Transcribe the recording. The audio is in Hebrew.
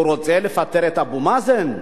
הוא רוצה לפטר את אבו מאזן?